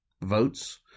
votes